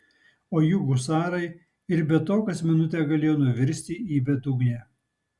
o juk husarai ir be to kas minutė galėjo nuvirsti į bedugnę